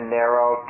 narrow